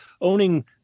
Owning